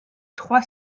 trois